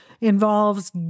involves